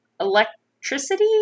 electricity